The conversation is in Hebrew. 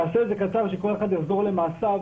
נעשה את זה קצר ושכל אחד יחזור למעשיו.